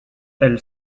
elle